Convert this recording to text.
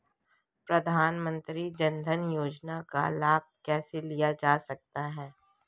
प्रधानमंत्री जनधन योजना का लाभ कैसे लिया जा सकता है?